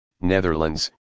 Netherlands